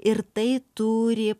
ir tai turi